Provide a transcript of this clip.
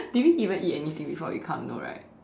did we even eat anything before we come no right